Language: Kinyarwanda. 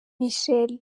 michel